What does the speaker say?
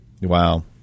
Wow